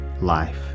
life